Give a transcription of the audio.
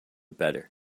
better